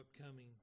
upcoming